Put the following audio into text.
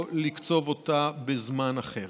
או לקצוב אותה בזמן אחר.